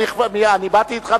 אני באתי אתך,